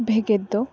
ᱵᱷᱮᱜᱮᱫ ᱫᱚ